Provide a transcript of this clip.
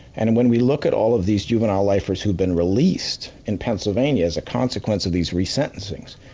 and and when we look at all of these juvenile lifers who've been released, in pennsylvania, as a consequence of these re-sentencings,